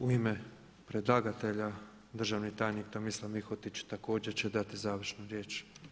U ime predlagatelja državni tajnik Tomislav Mihotić također će dati završnu riječ.